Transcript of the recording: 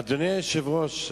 אדוני היושב-ראש,